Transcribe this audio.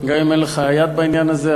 גם אם אין לך יד בעניין הזה,